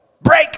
break